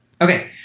Okay